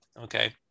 okay